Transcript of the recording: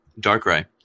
Darkrai